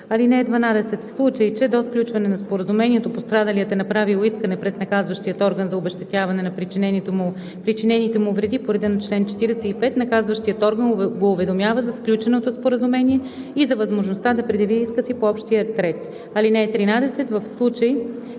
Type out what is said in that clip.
(12) В случай че до сключване на споразумението пострадалият е направил искане пред наказващия орган за обезщетяване на причинените му вреди по реда на чл. 45, наказващият орган го уведомява за сключеното споразумение и за възможността да предяви иска си по общия ред. (13) В случай